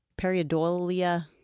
Periodolia